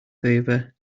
favor